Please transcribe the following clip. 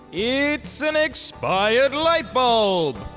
it's an expired lightbulb!